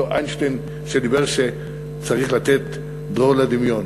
אותו איינשטיין שאמר שצריך לתת דרור לדמיון,